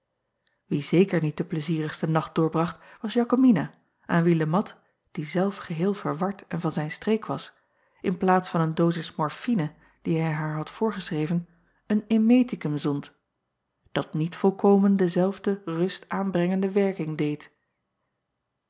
ie zeker niet de pleizierigste nacht doorbracht was akomina aan wie e at die zelf geheel verward en van zijn streek was in plaats van een dozis morfine die hij haar had voorgeschreven een emeticum zond dat niet volkomen dezelfde rustaanbrengende werking deed